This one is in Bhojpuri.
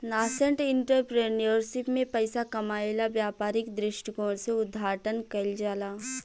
नासेंट एंटरप्रेन्योरशिप में पइसा कामायेला व्यापारिक दृश्टिकोण से उद्घाटन कईल जाला